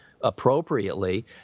appropriately